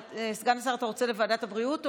סגן השר, אתה רוצה לוועדת הבריאות?